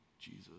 Jesus